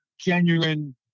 genuine